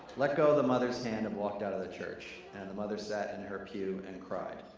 let go of the mother's hand and walked out of the church. and the mother sat in her pew and cried.